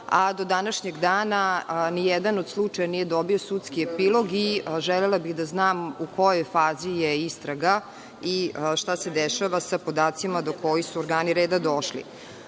a do današnjeg dana ni jedan od slučaja nije dobio sudski epilog i želela bih da znam u kojoj fazi je istraga i šta se dešava sa podacima do kojih su organi reda došli? Drugo